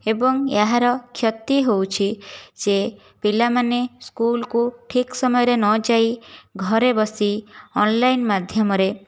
ଏବଂ ଏହାର କ୍ଷତି ହେଉଛି ଯେ ପିଲାମାନେ ସ୍କୁଲ୍କୁ ଠିକ୍ ସମୟରେ ନଯାଇ ଘରେ ବସି ଅନଲାଇନ୍ ମାଧ୍ୟମରେ